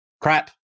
crap